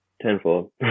tenfold